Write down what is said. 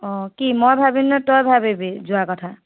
অ কি মই ভাবিমনে তই ভাবিবি যোৱাৰ কথা